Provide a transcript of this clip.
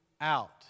out